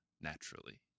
naturally